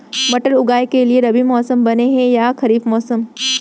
मटर उगाए के लिए रबि मौसम बने हे या खरीफ मौसम?